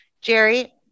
Jerry